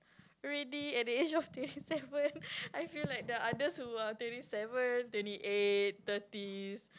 already at the age of twenty seven I feel like the others who are twenty seven twenty eight thirties